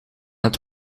het